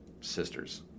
sisters